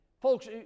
Folks